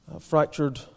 fractured